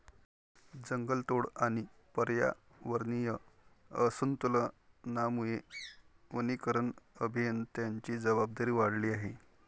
जंगलतोड आणि पर्यावरणीय असंतुलनामुळे वनीकरण अभियंत्यांची जबाबदारी वाढली आहे